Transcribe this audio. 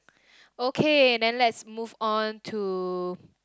okay then let's move on to